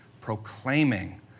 proclaiming